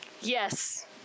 yes